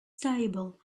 stable